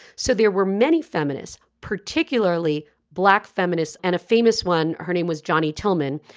so there were many feminists, particularly black feminists and a famous one. her name was johnny tillman.